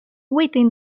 within